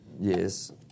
Yes